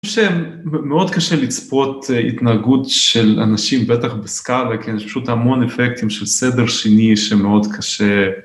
שמאוד קשה לצפות התנהגות של אנשים, בטח בסקאלה, כן שפשוט המון אפקטים של סדר שני שמאוד קשה.